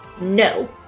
No